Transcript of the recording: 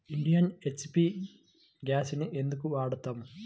Indian, HP గ్యాస్లనే ఎందుకు వాడతాము?